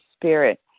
spirit